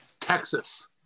Texas